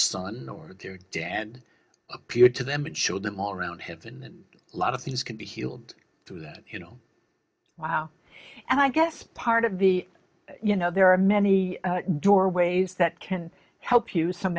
son or their dad appeared to them and showed them all around have been a lot of things can be healed through that you know wow and i guess part of the you know there are many doorways that can help you some